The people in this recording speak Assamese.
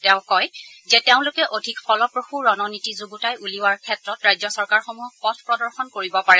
তেওঁ কয় যে তেওঁলোকে অধিক ফলপ্ৰসু ৰণনীতি যুণ্ডতাই উলিওৱাৰ ক্ষেত্ৰত ৰাজ্য চৰকাৰসমূহক পথ প্ৰদৰ্শন কৰিব পাৰে